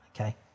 okay